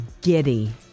giddy